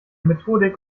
methodik